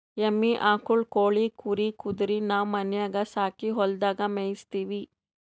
ಎಮ್ಮಿ ಆಕುಳ್ ಕೋಳಿ ಕುರಿ ಕುದರಿ ನಾವು ಮನ್ಯಾಗ್ ಸಾಕಿ ಹೊಲದಾಗ್ ಮೇಯಿಸತ್ತೀವಿ